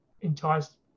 enticed